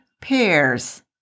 pears